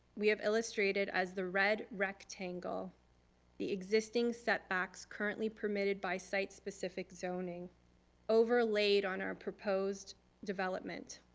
we have illustrated as the red rectangle the existing setbacks currently permitted by site specific zoning overlaid on our proposed development.